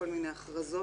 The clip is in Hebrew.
כל מיני הכרזות.